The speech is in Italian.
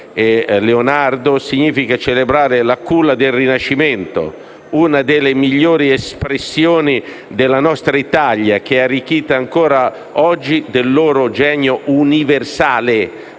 Vinci significa celebrare la culla del Rinascimento, una delle migliori espressioni della nostra Italia, che è arricchita ancora oggi del loro genio universale,